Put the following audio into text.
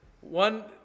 One